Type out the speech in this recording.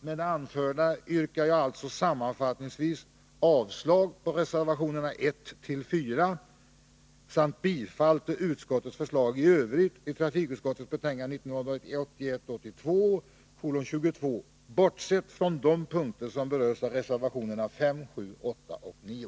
Med det anförda yrkar jag alltså sammanfattningsvis avslag på reservationerna 1-4 samt bifall till utskottets hemställan i övrigt i trafikutskottets betänkande 1981/82:22, bortsett från de punkter som berörs av reservationerna 5, 7, 8 och 9.